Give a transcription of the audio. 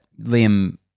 Liam